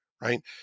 right